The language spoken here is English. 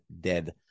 dead